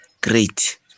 great